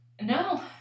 No